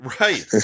Right